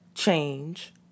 change